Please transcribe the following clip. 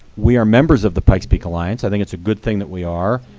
we are members of the pikes peak alliance. i think it's a good thing that we are.